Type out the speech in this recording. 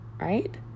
Right